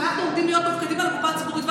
ואנחנו עומדים להיות מופקדים על הקופה הציבורית,